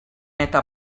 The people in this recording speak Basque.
eta